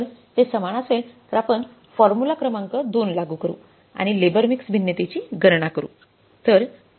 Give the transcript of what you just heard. जर ते समान असेल तर आपण फॉर्म्युला क्रमांक 2 लागू करू आणि लेबर मिक्स भिन्नतेची गणना करू